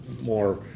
more